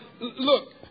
look